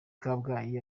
kabgayi